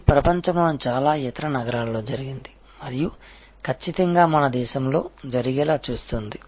ఇది ప్రపంచంలోని చాలా ఇతర నగరాల్లో జరిగింది మరియు ఖచ్చితంగా మన దేశంలో జరిగేలా చూస్తుంది